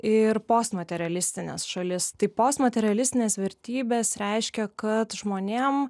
ir postmaterialistines šalis tai postmaterialistinės vertybės reiškia kad žmonėm